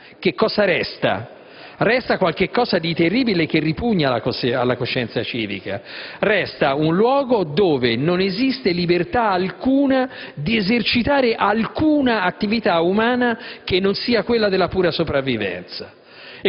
Che cosa resta? Resta qualcosa di terribile che ripugna alla coscienza civica: resta un luogo dove non esiste libertà alcuna di esercitare alcuna attività umana che non sia quella della pura sopravvivenza.